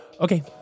Okay